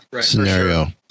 scenario